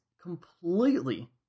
completely